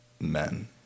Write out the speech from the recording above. men